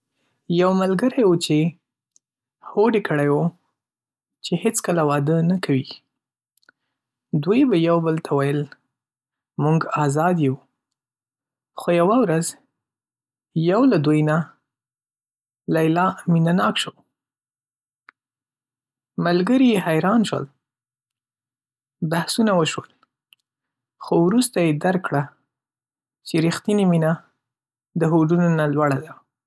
یو ګروپ ملګري وو چې هوډ یې کړی و چې هیڅکله واده نه کوي. دوی به یو بل ته ویل، "موږ آزاد یو!" خو یو ورځ، یو له دوی نه، لېلا، مینه‌ناک شوه. ملګري یې حیران شول. بحثونه وشول، خو وروسته یې درک کړه چې ریښتینې مینه د هوډونو نه لوړه ده.